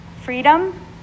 Freedom